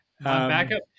Backup